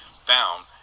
found